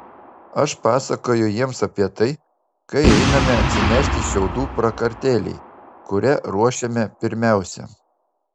aš pasakoju jiems apie tai kai einame atsinešti šiaudų prakartėlei kurią ruošiame pirmiausia